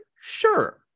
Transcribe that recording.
Sure